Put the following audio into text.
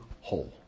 whole